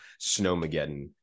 Snowmageddon